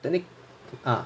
the thing ah